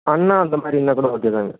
அண்ணா அந்தமாதிரி இருந்தால் கூட ஓகேதாங்க